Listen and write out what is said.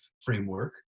framework